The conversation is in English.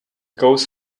goes